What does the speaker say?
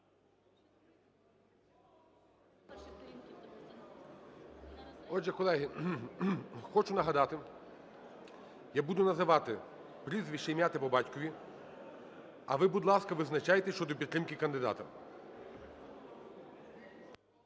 Отже, колеги, хочу нагадати, я буду називати прізвище, ім'я та по батькові, а ви, будь ласка, визначайтесь щодо підтримки кандидата.